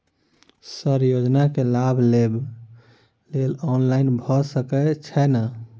Sir योजना केँ लाभ लेबऽ लेल ऑनलाइन भऽ सकै छै नै?